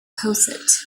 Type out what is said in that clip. deposit